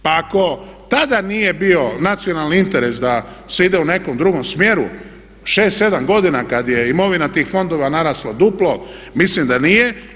Pa ako tada nije bio nacionalni interes da se ide u nekom drugom smjeru 6, 7 godina kad je imovina tih fondova narasla duplo mislim da nije.